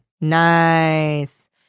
Nice